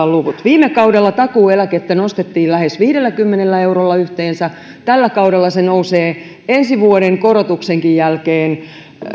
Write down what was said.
luvut viime kaudella takuueläkettä nostettiin lähes viidelläkymmenellä eurolla yhteensä tällä kaudella se nousee ensi vuoden korotuksen jälkeenkin